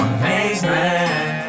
amazement